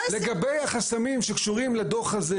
לגבי החסמים שקשורים לדו"ח הזה,